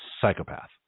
psychopath